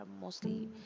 mostly